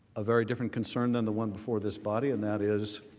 a very different concern than the one before this body and that is